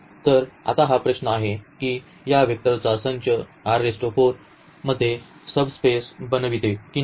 तर आता हा प्रश्न आहे की या वेक्टरचा संच मध्ये सबस्पेस बनविते की नाही